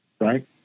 right